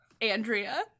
Andrea